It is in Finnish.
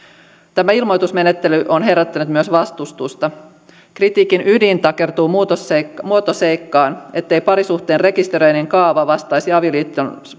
tämä ilmoitusmenettely on herättänyt myös vastustusta kritiikin ydin takertuu muotoseikkaan ettei parisuhteen rekisteröinnin kaava vastaisi